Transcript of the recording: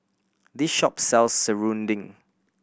this shop sells serunding